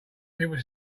people